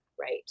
right